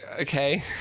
Okay